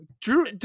Drew